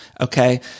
okay